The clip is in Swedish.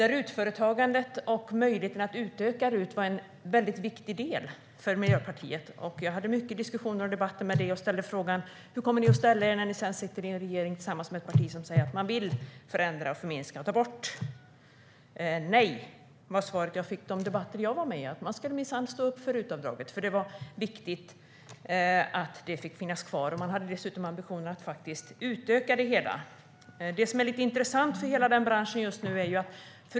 RUT-företagandet och möjligheten att utöka RUT var en viktig fråga för Miljöpartiet. Jag hade många diskussioner och debatter om det och frågade hur ni skulle ställa er om ni satt i en regering med ett parti som vill förändra, förminska och ta bort. Ni svarade att ni minsann skulle stå upp för det viktiga RUT-avdraget och att ni hade ambitionen att utöka det. Det finns en sak som är intressant för hela branschen just nu.